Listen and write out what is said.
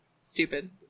Stupid